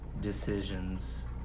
Decisions